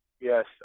yes